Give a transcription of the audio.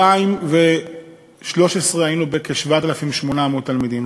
וב-2013 היו לנו כ-7,800 תלמידים.